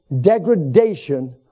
degradation